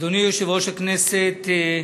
אדוני יושב-ראש הכנסת,